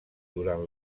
durant